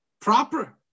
proper